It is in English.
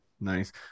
nice